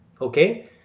okay